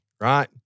right